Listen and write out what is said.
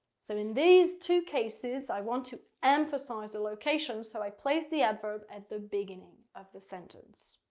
so in these two cases, i want to emphasize the location so i place the adverb at the beginning of the sentence.